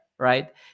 right